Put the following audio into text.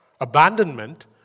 Abandonment